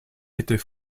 était